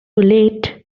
late